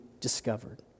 discovered